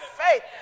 faith